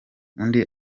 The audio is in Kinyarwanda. undi